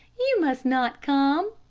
you must not come.